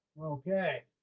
Okay